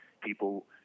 people